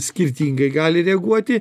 skirtingai gali reaguoti